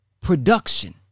production